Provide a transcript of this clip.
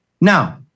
Now